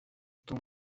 dont